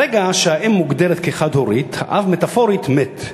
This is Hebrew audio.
ברגע שהאם מוגדרת כחד-הורית, האב מטפורית מת.